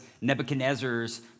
Nebuchadnezzar's